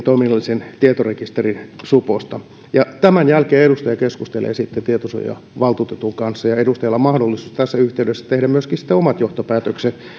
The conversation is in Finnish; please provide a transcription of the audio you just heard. toiminnallisen tietorekisterin suposta tämän jälkeen edustaja sitten keskustelee tietosuojavaltuutetun kanssa ja edustajalla on mahdollisuus tässä yhteydessä tehdä myöskin omat johtopäätöksensä siitä